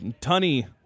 Tunny